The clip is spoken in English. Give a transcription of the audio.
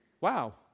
Wow